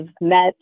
met